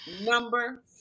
Number